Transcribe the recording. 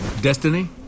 Destiny